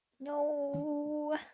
No